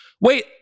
wait